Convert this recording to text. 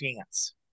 chance